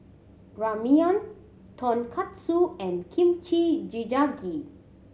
Ramyeon Tonkatsu and Kimchi Jjigae